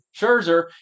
Scherzer